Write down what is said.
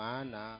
Mana